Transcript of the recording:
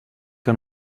que